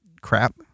crap